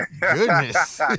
goodness